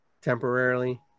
temporarily